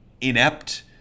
inept